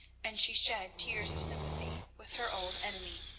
and she shed tears of sympathy with her old enemy.